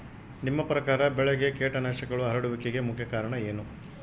ನಿಮ್ಮ ಪ್ರಕಾರ ಬೆಳೆಗೆ ಕೇಟನಾಶಕಗಳು ಹರಡುವಿಕೆಗೆ ಮುಖ್ಯ ಕಾರಣ ಏನು?